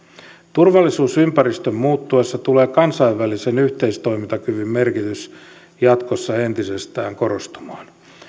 turvallisuusympäristön muuttuessa tulee kansainvälisen yhteistoimintakyvyn merkitys jatkossa entisestään korostumaan